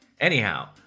Anyhow